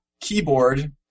keyboard